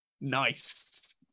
Nice